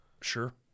Sure